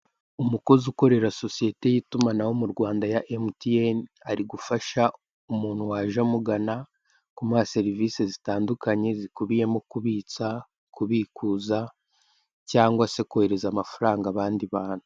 Umukozi ukorera sosiyete y'itumanaho mu rwanda ya MTN, ari gufasha umuntu waje amugana kumuha serivisi zitandukanye zikubiyemo kubitsa, kubikuza cyangwa se kohereza amafaranga abandi bantu.